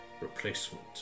replacement